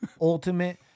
ultimate